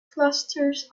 clusters